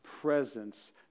presence